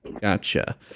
Gotcha